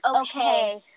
okay